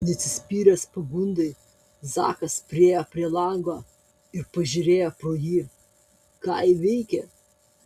neatsispyręs pagundai zakas priėjo prie lango ir pažiūrėjo pro jį ką ji veikia